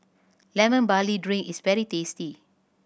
Lemon Barley Drink is very tasty